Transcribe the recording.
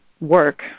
work